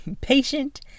patient